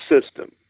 system